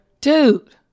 Dude